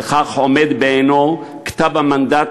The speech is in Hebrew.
וכך עומד בעינו כתב המנדט,